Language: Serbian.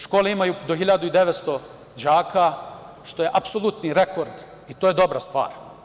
Škole imaju do 1.900 đaka, što je apsolutni rekord i to je dobra stvar.